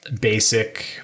basic